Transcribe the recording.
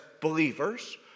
believers